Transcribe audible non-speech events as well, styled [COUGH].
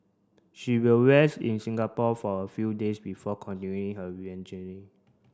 she will rest in Singapore for a few days before continuing her [UNINTELLIGIBLE]